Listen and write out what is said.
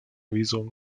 visum